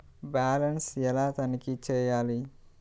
Balance ఎలా తనిఖీ చేయాలి?